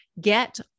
get